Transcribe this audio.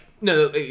No